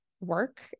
work